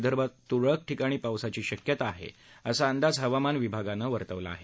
विदर्भातल्या तुरळक ठिकाणी पावसाची शक्यता आहे असा अंदाज हवामान विभागानं दिला आहे